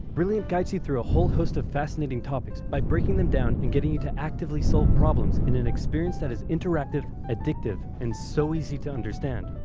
brilliant guides you through a whole host of fascinating topics by breaking them down and getting you to actively solve problems in an experience that is interactive, addictive, and so easy to understand.